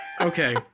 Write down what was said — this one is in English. Okay